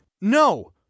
No